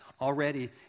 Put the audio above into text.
already